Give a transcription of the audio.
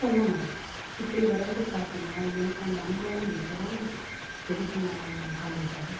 தென்னை மரம் இப்படி வரைந்து காட்டினால் எனக்கு அந்த அனுபவம் மிகவும் பிடித்தமான ஆகிவிட்டது